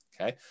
okay